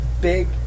big